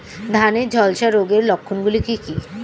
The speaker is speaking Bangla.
ধানের ঝলসা রোগের লক্ষণগুলি কি কি?